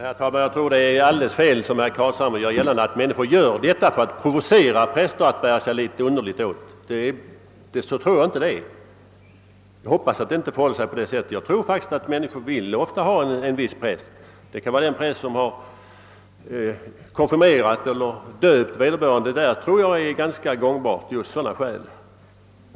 Herr talman! Jag tror att det är alldeles fel att människor, som herr Carlshamre gör gällande, provocerar präster att bära sig underligt åt. Jag hoppas att det inte förhåller sig på det sättet. Jag tror faktiskt att människor ofta vill ha en viss präst; det kan vara den präst som har konfirmerat eller döpt vederbörande. Jag tror att sådana skäl väger ganska tungt i detta fall.